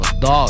Dog